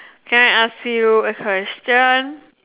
can I ask you a question